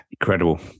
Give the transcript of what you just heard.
incredible